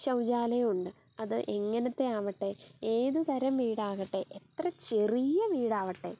ശൗചാലയം ഉണ്ട് അത് എങ്ങനത്തെ ആവട്ടെ ഏത് തരം വീടാകട്ടെ എത്ര ചെറിയ വീടാവട്ടെ